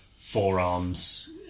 forearms